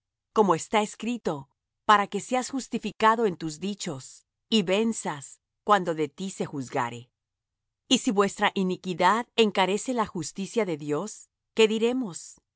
como está escrito para que seas justificado en tus dichos y venzas cuando de ti se juzgare y si nuestra iniquidad encarece la justicia de dios qué diremos